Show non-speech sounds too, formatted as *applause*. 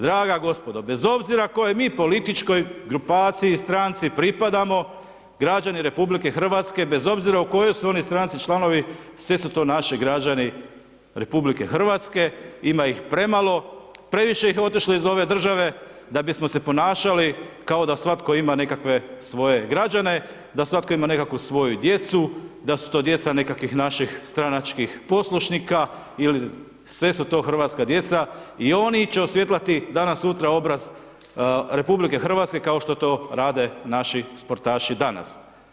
Draga gospodo, bez obzira kojoj mi političkoj grupaciji, stranci propadamo, građani RH, bez obzira u kojoj su oni stranici, članovi, svi su to naši građani RH, ima ih premalo, previše ih je otišlo iz ove države da bismo se ponašali, kao da svatko ima svoje nekakve građane, da svatko ima svoju nekakvu djecu, da su to djeca, nekakvih naših stranačkih poslušnika ili sve su to hrvatska djeca i oni će, … *unintelligible* danas sutra obraz RH kao što to rade naši sportaši danas.